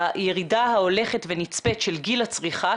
הירידה ההולכת ונצפית של גיל הצריכה,